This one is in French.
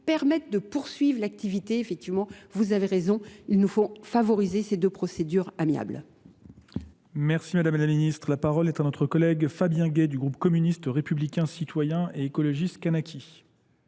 permettent de poursuivre l'activité. Effectivement, vous avez raison, il nous faut favoriser ces deux procédures amiables. Merci madame la ministre. La parole est à notre collègue Fabien Gay du groupe communiste républicain citoyen et écologiste Canachy.